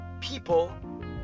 people